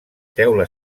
teula